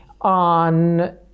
on